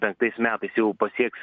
penktais metais jau pasieks